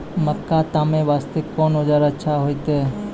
मक्का तामे वास्ते कोंन औजार अच्छा होइतै?